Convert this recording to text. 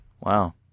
wow